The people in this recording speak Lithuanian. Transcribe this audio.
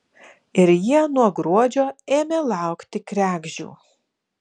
ir jie nuo gruodžio ėmė laukti kregždžių